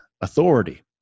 authority